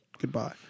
goodbye